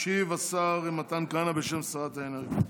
ישיב השר מתן כהנא, בשם שרת האנרגיה.